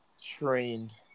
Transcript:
trained